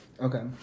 Okay